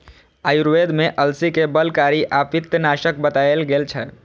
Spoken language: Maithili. आयुर्वेद मे अलसी कें बलकारी आ पित्तनाशक बताएल गेल छै